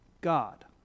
God